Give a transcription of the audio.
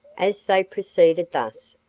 as they proceeded thus,